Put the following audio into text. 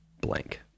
blank